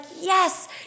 yes